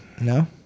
No